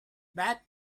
bad